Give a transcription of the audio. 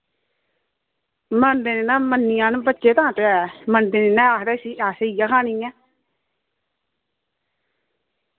मनदे नी ना मन्नी जान बच्चे तां ते ऐ मनदे नी ना ऐ आक्खदे असै इ'य्यै खानी ऐ